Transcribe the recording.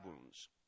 wounds